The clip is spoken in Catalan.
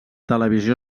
televisió